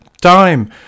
time